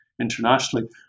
internationally